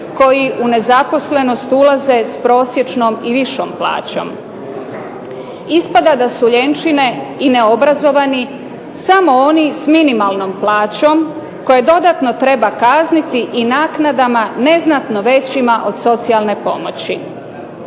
koji u nezaposlenost ulaze s prosječnom i višom plaćom. Ispada da su ljenčine i neobrazovani samo oni s minimalnom plaćom koje dodatno treba kazniti i naknada neznatno većima od socijalne pomoći.